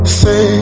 say